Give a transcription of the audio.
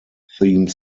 theme